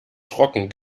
trocken